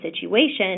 situation